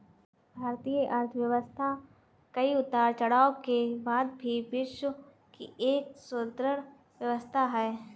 भारतीय अर्थव्यवस्था कई उतार चढ़ाव के बाद भी विश्व की एक सुदृढ़ व्यवस्था है